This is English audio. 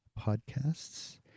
Podcasts